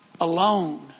alone